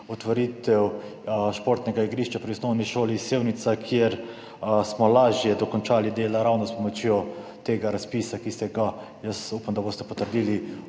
otvoritev športnega igrišča pri Osnovni šoli Sevnica, kjer smo lažje dokončali dela ravno s pomočjo tega razpisa, ki ste ga, upam, da boste to potrdili,